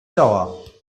dauer